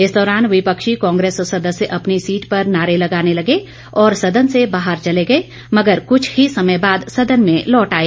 इस दौरान विपक्षी कांग्रेस सदस्य अपनी सीट पर नारे लगाने लगे और सदन से बाहर चले गए मगर कुछ ही समय बाद सदन में लौट आए